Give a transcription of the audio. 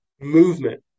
movement